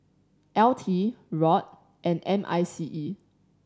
L T ROD and M I C E